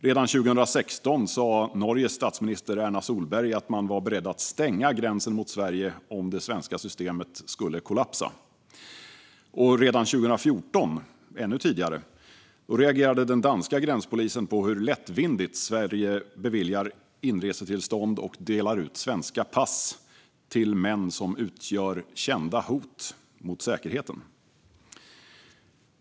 Redan 2016 sa Norges statsminister Erna Solberg att man var beredd att stänga gränsen mot Sverige om det svenska systemet skulle kollapsa. Och redan 2014, alltså ännu tidigare, reagerade den danska gränspolisen på hur lättvindigt Sverige beviljar inresetillstånd och delar ut svenska pass till män som utgör kända hot mot säkerheten.